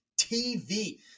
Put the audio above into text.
TV